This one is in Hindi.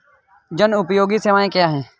जनोपयोगी सेवाएँ क्या हैं?